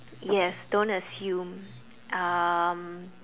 yes don't assume um